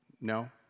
No